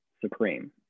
supreme